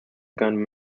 gun